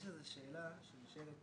יש איזו שאלה שנשאלת.